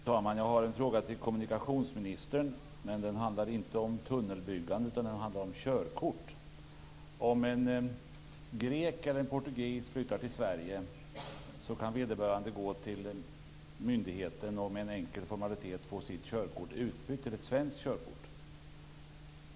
Fru talman! Jag har en fråga till kommunikationsministern, men den handlar inte om tunnelbyggande utan om körkort. Om en grek eller portugis flyttar till Sverige, kan vederbörande gå till myndigheten och med en enkel formalitet få sitt körkort utbytt till ett svenskt körkort.